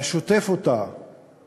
ששוטף אותה